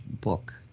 book